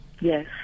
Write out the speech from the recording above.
Yes